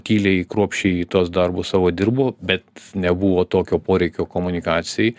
tyliai kruopščiai tuos darbus savo dirbo bet nebuvo tokio poreikio komunikacijai